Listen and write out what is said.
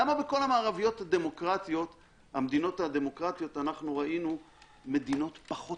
למה בכל המדינות המערביות הדמוקרטיות ראינו מדינות פחות